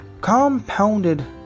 compounded